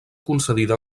concedida